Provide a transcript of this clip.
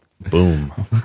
Boom